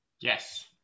Yes